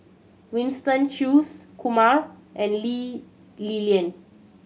Winston Choos Kumar and Lee Li Lian